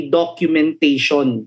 documentation